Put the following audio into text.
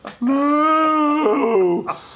No